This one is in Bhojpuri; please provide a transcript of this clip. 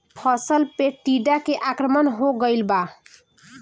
फसल पे टीडा के आक्रमण हो गइल बा?